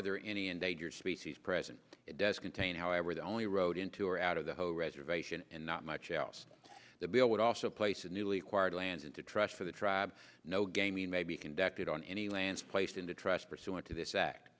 are there any endangered species present it does contain however the only road into or out of the whole reservation and not much else the bill would also place a newly acquired land into trust for the tribe no gaming may be conducted on any lands placed in the trust pursuant to this act